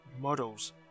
models